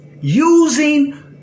using